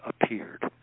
appeared